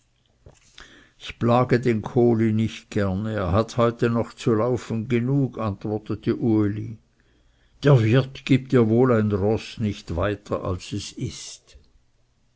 ich plage den kohli nicht gerne er hat heute noch zu laufen genug antwortete uli der wirt gibt dir wohl ein roß nicht weiter als es ist